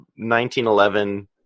1911